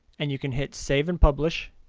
and you can hit save and publish